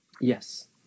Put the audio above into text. Yes